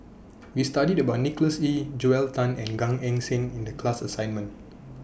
We studied about Nicholas Ee Joel Tan and Gan Eng Seng in The class assignment